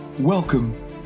Welcome